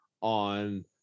on